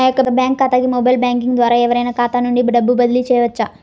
నా యొక్క బ్యాంక్ ఖాతాకి మొబైల్ బ్యాంకింగ్ ద్వారా ఎవరైనా ఖాతా నుండి డబ్బు బదిలీ చేయవచ్చా?